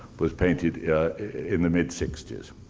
was painted in the mid sixty s.